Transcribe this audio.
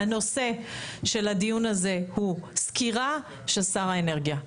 הנושא של הדיון הזה הוא סקירה של שר האנרגיה.